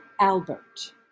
Albert